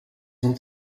ont